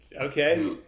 okay